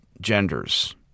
genders